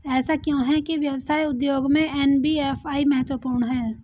ऐसा क्यों है कि व्यवसाय उद्योग में एन.बी.एफ.आई महत्वपूर्ण है?